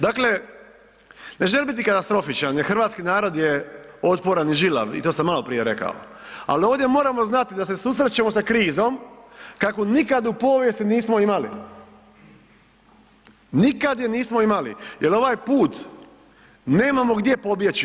Dakle, ne želim biti katastrofičan jer hrvatski narod je otporan i žilav i to sam maloprije rekao, ali ovdje moramo znati da se susrećemo sa krizom kakvu nikad u povijesti nismo imali, nikad je nismo imali jer ovaj put nemamo gdje pobjeći.